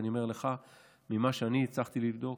אבל אני אומר לך: ממה שאני הצלחתי לבדוק,